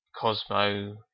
Cosmo